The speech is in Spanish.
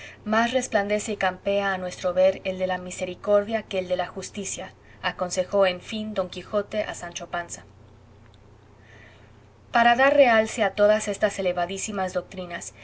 más resplandece y campea a nuestro ver el de la misericordia que el de la justicia aconsejó en fin d quijote a sancho panza para dar realce a todas estas elevadísimas doctrinas